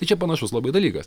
tai čia panašus labai dalykas